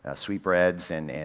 ah sweet breads and,